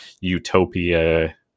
utopia